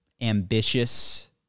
ambitious